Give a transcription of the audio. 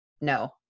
no